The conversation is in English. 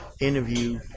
interview